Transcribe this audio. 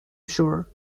sure